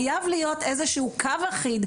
חייב להיות איזשהו קו אחיד,